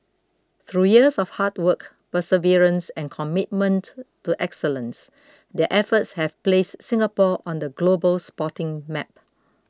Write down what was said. through years of hard work perseverance and commitment to excellence their efforts have placed Singapore on the global sporting map